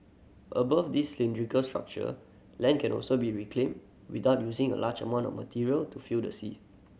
above this cylindrical structure land can also be reclaimed without using a large amount of material to fill the sea